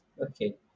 Okay